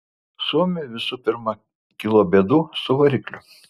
suomiui visų pirma kilo bėdų su varikliu